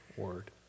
word